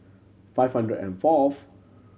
five hundred and fourth